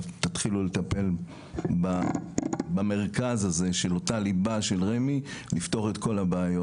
תתחילו לטפל במרכז הזה של אותה ליבה של רמ"י לפתור את כל הבעיות.